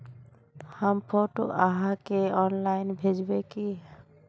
हम फोटो आहाँ के ऑनलाइन भेजबे की?